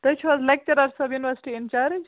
تُہۍ چھِو حظ لیکچَر صٲب یوٗنیورسٹی اِنچارٕج